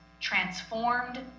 transformed